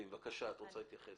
בבקשה, את רוצה להתייחס.